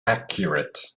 accurate